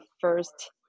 first